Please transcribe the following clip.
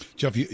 Jeff